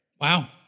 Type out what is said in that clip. Wow